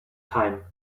time